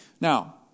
Now